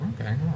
Okay